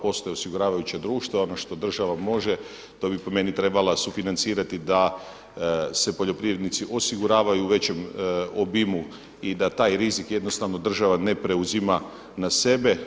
Postoje osiguravajuća društva i ono što država može to bi po meni trebala sufinancirati da se poljoprivrednici osiguravaju u većem obimu i da taj rizik jednostavno država ne preuzima na sebe.